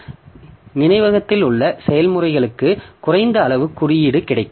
ஏனெனில் நினைவகத்தில் உள்ள செயல்முறைகளுக்கு குறைந்த அளவு குறியீடு கிடைக்கும்